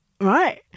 Right